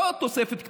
לא תוספת קטנה,